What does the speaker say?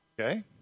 Okay